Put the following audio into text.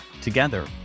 Together